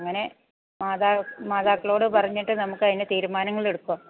അങ്ങനെ മാതാ മാതാക്കളോട് പറഞ്ഞിട്ട് നമുക്ക് അതിന് തീരുമാനങ്ങളെടുക്കാം